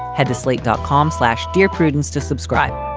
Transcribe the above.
head to slate dot com, slash dear prudence to subscribe.